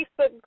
Facebook